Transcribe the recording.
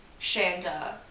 Shanda